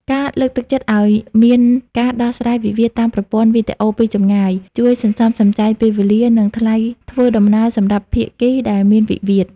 ការលើកទឹកចិត្តឱ្យមានការដោះស្រាយវិវាទតាមប្រព័ន្ធវីដេអូពីចម្ងាយ ជួយសន្សំសំចៃពេលវេលា និងថ្លៃធ្វើដំណើរសម្រាប់ភាគីដែលមានវិវាទ។